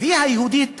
והיא היהודית היחידה,